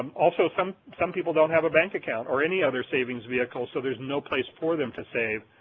um also some some people don't have a bank account or any other savings vehicle so there's no place for them to save.